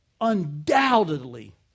undoubtedly